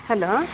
hello